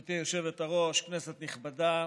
גברתי היושבת-ראש, כנסת נכבדה,